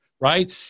right